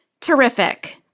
terrific